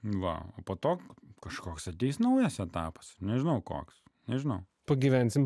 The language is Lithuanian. va po to kažkoks ateis naujas etapas nežinau koks nežinau pagyvensime